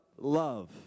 love